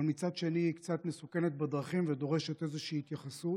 אבל מצד שני היא קצת מסוכנת בדרכים ודורשת איזושהי התייחסות.